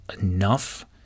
enough